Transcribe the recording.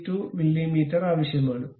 32 മിമി ആവശ്യമാണ്